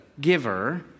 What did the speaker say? giver